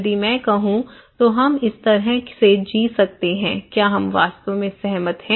यदि मैं कहूं तो हम इस तरह से जी सकते हैं क्या हम वास्तव में सहमत हैं